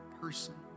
person